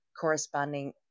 corresponding